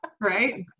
right